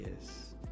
Yes